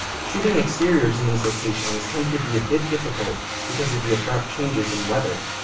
shooting exteriors in these locations tended to be a bit difficult because of the abrupt changes in weather.